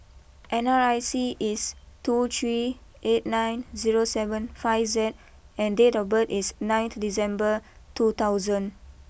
N R I C is two three eight nine zero seven five Z and date of birth is nineth December two thousand